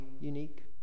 unique